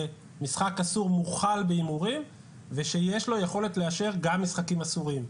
שמשחק אסור מוכל בהימורים ושיש לו יכולת לאשר גם משחקים אסורים.